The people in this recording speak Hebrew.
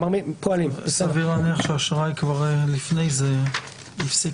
האם הותרת השליטה